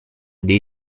dei